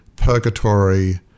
purgatory